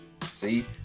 See